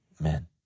Amen